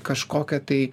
kažkokią tai